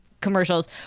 commercials